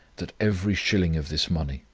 that every shilling of this money,